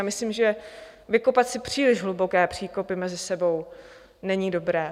A myslím si, že vykopat si příliš hluboké příkopy mezi sebou není dobré.